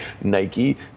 Nike